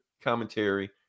commentary